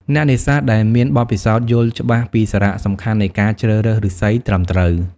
អ្នកនេសាទដែលមានបទពិសោធន៍យល់ច្បាស់ពីសារៈសំខាន់នៃការជ្រើសរើសឫស្សីត្រឹមត្រូវ។